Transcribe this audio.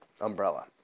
umbrella